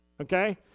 okay